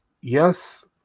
yes